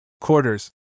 quarters